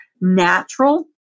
natural